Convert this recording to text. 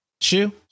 shoe